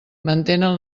mantenen